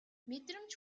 мэдрэмж